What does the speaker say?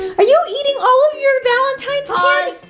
are you and eating all of your valentine's? pause.